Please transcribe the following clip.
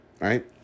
right